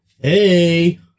Hey